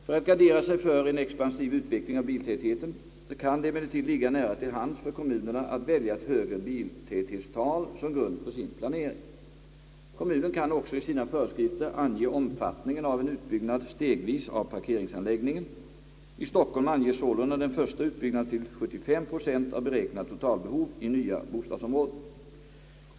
För att gardera sig för en expansiv utveckling av biltätheten kan det emellertid ligga nära till hands för kommunerna att välja ett högre biltäthetstal som grund för sin planering. Kommunen kan också i sina föreskrifter ange omfattningen av en utbyggnad stegvis av parkeringsanläggningen. I Stockholm anges sålunda den första utbyggnaden till 75 procent av beräknat totalbehov i nya bostadsområden.